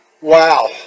Wow